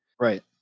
Right